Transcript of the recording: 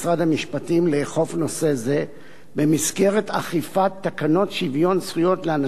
המשפטים לאכוף נושא זה במסגרת אכיפת תקנות שוויון זכויות לאנשים